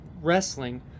wrestling